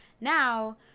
Now